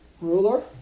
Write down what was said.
ruler